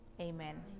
Amen